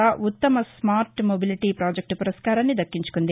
ఉత్తమ smart mobility project పురస్కారాన్ని దక్కించుకుంది